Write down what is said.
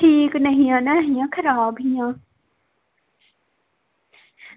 ठीक नेईं हियां खराब हियां